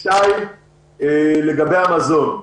דבר שני, לגבי המזון.